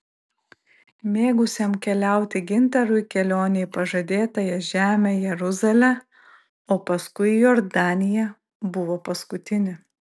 mėgusiam keliauti gintarui kelionė į pažadėtąją žemę jeruzalę o paskui į jordaniją buvo paskutinė